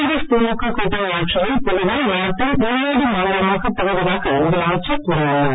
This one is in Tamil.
காங்கிரஸ் திமுக கூட்டணி ஆட்சியில் புதுவை நாட்டின் முன்னோடி மாநிலமாகத் திகழ்வதாக முதலமைச்சர் கூறியுள்ளார்